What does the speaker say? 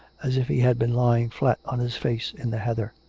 as if he had been lying flat on his face in the heather.